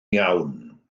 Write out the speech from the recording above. iawn